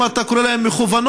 אם אתה קורא להן מכוונות,